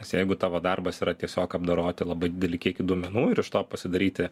nes jeigu tavo darbas yra tiesiog apdoroti labai didelį kiekį duomenų ir iš to pasidaryti